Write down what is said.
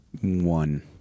One